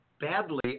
badly